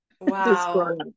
Wow